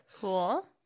Cool